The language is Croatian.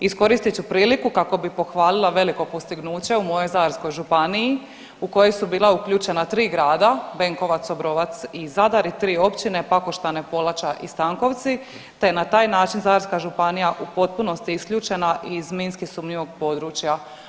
Iskoristit ću priliku kako bih pohvalila veliko postignuće u mojoj Zadarskoj županiji u kojoj su bila uključena tri grada, Benkovac, Obrovac i Zadar i tri općine Pakoštane, Polača i Stankovci te je na taj način Zadarska županija u potpunosti isključena iz minski sumnjivog područja.